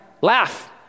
Laugh